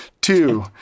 two